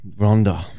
Rhonda